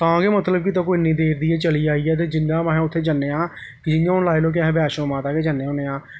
तां गै मतलब कि इत्थै कोई इन्ने देर दी चली आई ऐ ते जियां अस उत्थें जन्ने आं ते इ'यां हून लाई लैओ कि अस बैष्णों माता गै जन्ने होन्ने आं